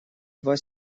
два